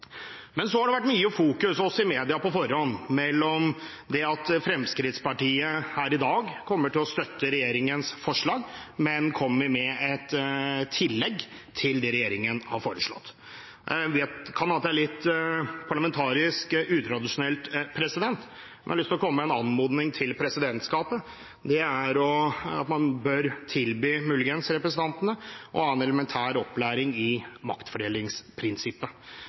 men kommer med et tillegg til det regjeringen har foreslått. Det kan hende det er litt parlamentarisk utradisjonelt, men jeg har lyst til å komme med en anmodning til presidentskapet. Det er at man muligens bør tilby representantene elementær opplæring i maktfordelingsprinsippet.